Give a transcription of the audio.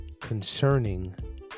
concerning